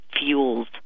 fuels